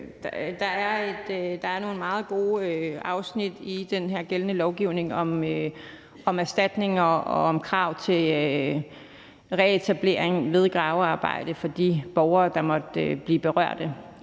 der er nogle meget gode afsnit i den her gældende lovgivning om erstatninger og om krav til reetablering ved gravearbejde for de borgere, der måtte blive berørt.